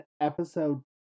episode